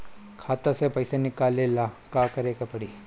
खाता से पैसा निकाले ला का करे के पड़ी?